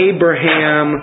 Abraham